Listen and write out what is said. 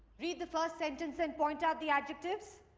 read the first sentence and point out the adjectives.